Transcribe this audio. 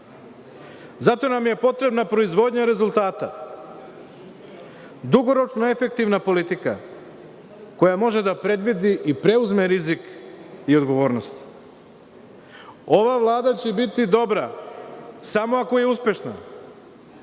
nam je potrebna proizvodnja rezultata, dugoročno efektivna politika koja može da predvidi i preuzme rizik i odgovornost. Ova Vlada će biti dobra samo ako je uspešna,